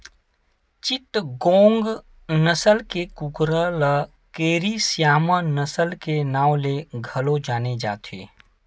चिटगोंग नसल के कुकरा ल केरी स्यामा नसल के नांव ले घलो जाने जाथे